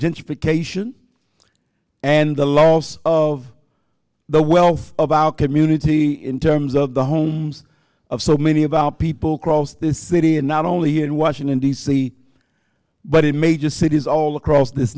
gentrification and the loss of the wealth of our community in terms of the homes of so many of our people cross this city and not only here in washington d c but it may just cities all across th